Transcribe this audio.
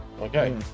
Okay